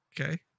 Okay